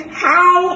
hi